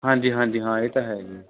ਹਾਂਜੀ ਹਾਂਜੀ ਹਾਂ ਇਹ ਤਾਂ ਹੈ ਜੀ